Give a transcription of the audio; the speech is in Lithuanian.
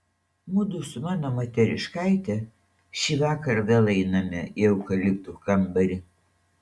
mudu su mano moteriškaite šįvakar vėl einame į eukaliptų kambarį